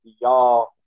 y'all